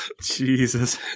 Jesus